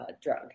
drug